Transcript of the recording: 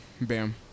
Bam